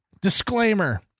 Disclaimer